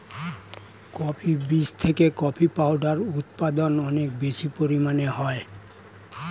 coffee বীজ থেকে coffee powder উৎপাদন অনেক বেশি পরিমাণে হয়